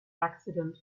accident